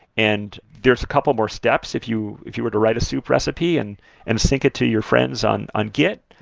and there's a couple more steps, if you if you were to write a soup recipe and and sync it to your friends on on git,